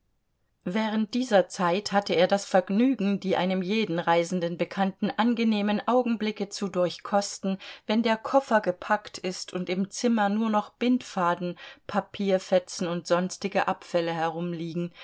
während dieser zeit hatte er das vergnügen die einem jeden reisenden bekannten angenehmen augenblicke zu durchkosten wenn der koffer gepackt ist und im zimmer nur noch bindfaden papierfetzen und sonstige abfälle herumliegen